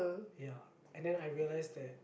ya and then I realised that